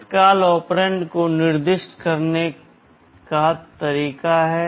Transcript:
तत्काल ऑपरेंड को निर्दिष्ट करने के तरीके हैं